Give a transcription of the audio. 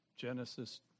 Genesis